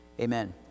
Amen